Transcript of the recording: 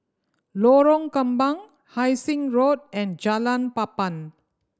Lorong Kembang Hai Sing Road and Jalan Papan